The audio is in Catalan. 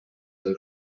del